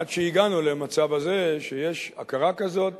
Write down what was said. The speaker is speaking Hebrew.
עד שהגענו למצב הזה שיש הכרה כזאת